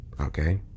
okay